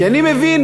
כי אני מבין,